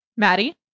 Maddie